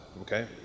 Okay